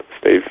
Steve